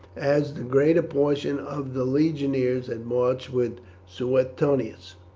as the greater portion of the legionaries had marched with suetonius.